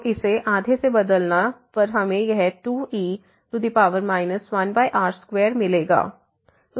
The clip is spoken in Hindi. तो इसे आधे से बदलने पर हमें यह 2e 1r2मिलेगा